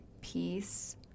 peace